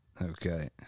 Okay